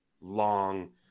long